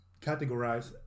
categorize